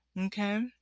Okay